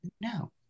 no